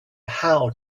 how